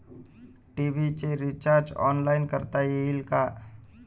TV चे recharge online करता येईल का?